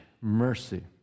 mercy